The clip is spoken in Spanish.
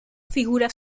figuras